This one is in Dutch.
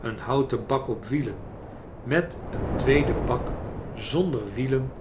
een houten bak op wielen met een tweeden bak zonder wielen